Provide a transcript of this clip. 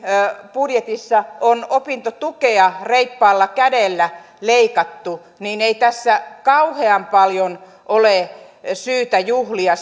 budjetissa on opintotukea reippaalla kädellä leikattu niin ei tässä kauhean paljon ole syytä juhlia